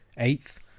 Eighth